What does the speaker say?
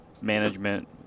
management